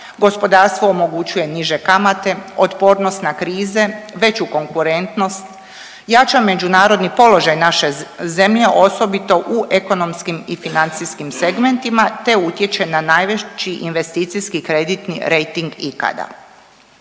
gospodarstvo omogućuje niže kamate, otpornost na krize, veću konkurentnost, jača međunarodni položaj naše zemlje osobito u ekonomskim i financijskim segmentima te utječe na najveći investicijski kreditni rejting ikada.